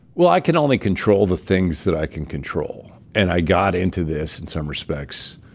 well, i can only control the things that i can control. and i got into this, in some respects,